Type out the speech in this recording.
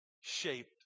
shaped